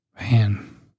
Man